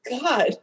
God